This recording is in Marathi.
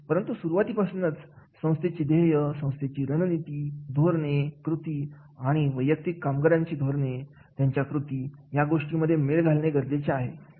परंतु सुरुवातीपासूनच संस्थेची ध्येय संस्थेची रणनीती धोरणे कृती आणि वैयक्तिक कामगारांची धोरणे त्यांच्या कृती या गोष्टींमध्ये मेळ घालण्यात गरजेचे आहे